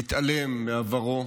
להתעלם מעברו,